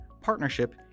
partnership